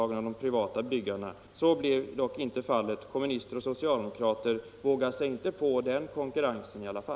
Det är vi som år efter år har pekat